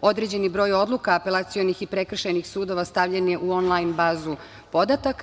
određeni broj odluka apelacionih i prekršajnih sudova stavljen je u onlajn bazu podataka.